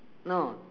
no